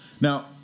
Now